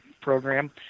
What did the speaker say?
program